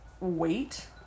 wait